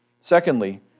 Secondly